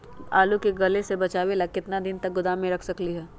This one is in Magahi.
आलू के गले से बचाबे ला कितना दिन तक गोदाम में रख सकली ह?